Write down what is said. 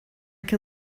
can